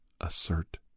assert